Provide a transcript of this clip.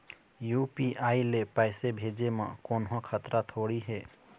UPI ले पैसे भेजे म कोन्हो खतरा थोड़ी हे?